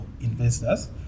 investors